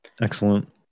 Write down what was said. excellent